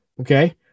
Okay